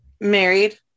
married